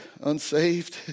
Unsaved